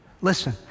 Listen